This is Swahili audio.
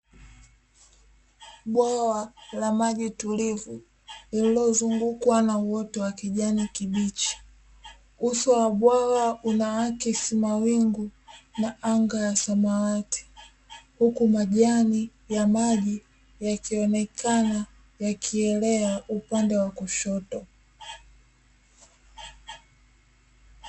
Bwawa la maji tulivu lililozungukwa na uoto wa kijana kibichi. Uso wa bwawa unaakisi mawingu na anga ya samawati, huku majani ya maji yakionekana yakielea upande wa kushoto.